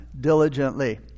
diligently